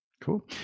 cool